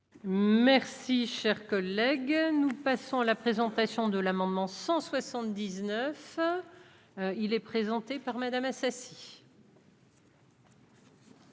Merci, chers collègues, nous passons à la présentation de l'amendement 179 il est présenté par Madame Assassi.